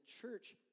church